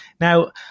now